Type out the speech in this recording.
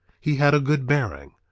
he had a good bearing.